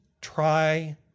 try